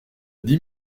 dix